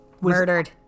murdered